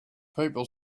people